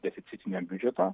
deficitinio biudžeto